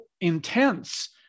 intense